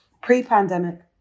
pre-pandemic